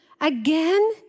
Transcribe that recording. Again